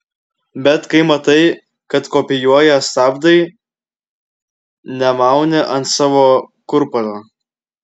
bet kai matai kad kopijuoja stabdai nemauni ant savo kurpalio